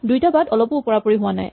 দুইটা বাট অলপো ওপৰা ওপৰি হোৱা নাই